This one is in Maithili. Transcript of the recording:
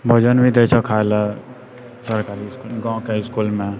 भोजन भी दै छौ खाइ लए सरकारी इसकुलमे गाँवके इसकुलमे